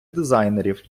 дизайнерів